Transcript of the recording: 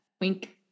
wink